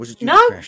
No